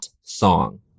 song